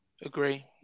Agree